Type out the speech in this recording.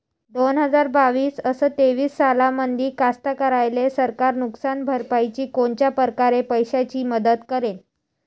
दोन हजार बावीस अस तेवीस सालामंदी कास्तकाराइले सरकार नुकसान भरपाईची कोनच्या परकारे पैशाची मदत करेन?